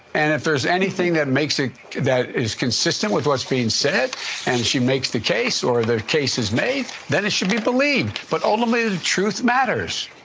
and if there's anything that makes it that is consistent with what's being said and she makes the case or the case is made, then it should be believed. but only the truth matters.